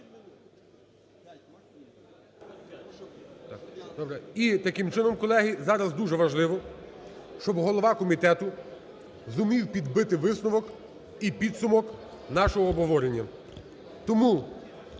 І таким чином, колеги, зараз дуже важливо, щоб голова комітету зумів підбити висновок і підсумок нашого обговорення.